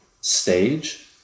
stage